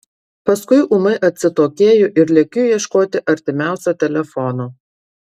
paskui ūmai atsitokėju ir lekiu ieškoti artimiausio telefono